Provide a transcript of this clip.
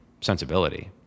sensibility